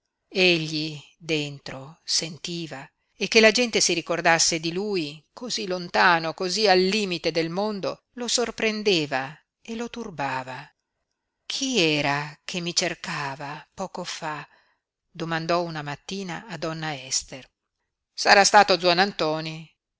dentro sentiva e che la gente si ricordasse di lui cosí lontano cosí al limite del mondo lo sorprendeva